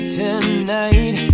tonight